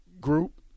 group